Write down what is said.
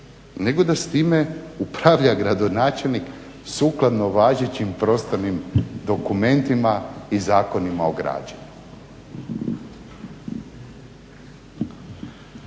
nego da s time upravlja gradonačelnik sukladno važećim prostornim dokumentima i Zakonima o građenju.